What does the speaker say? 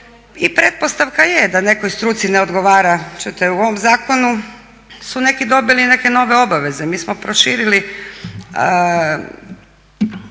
i pretpostavka je da nekoj struci ne odgovara. Čujte, u ovom zakonu su neki dobili i neke nove obaveze. Mi smo proširili